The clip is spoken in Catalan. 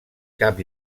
cap